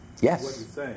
Yes